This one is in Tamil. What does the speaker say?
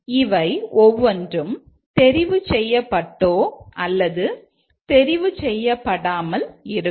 இவை ஒவ்வொன்றும் தெரிவு செய்யப்பட்டோ அல்லது தெரிவு செய்யப்படாமல் இருக்கும்